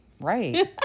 right